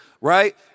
right